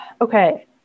Okay